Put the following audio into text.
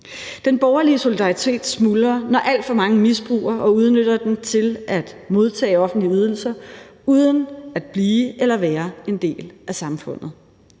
Den borgerlige solidaritet smuldrer, når alt for mange misbruger og udnytter den til at modtage offentlige ydelser uden at blive eller være en del af samfundet.